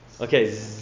Okay